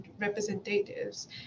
representatives